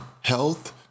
health